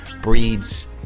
breeds